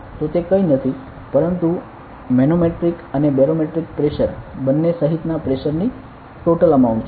તો તે કંઈ નથી પરંતુ મેનોમેટ્રિક અને બેરોમેટ્રિક પ્રેશર બંને સહિતના પ્રેશર ની ટોટલ અમાઉન્ટ છે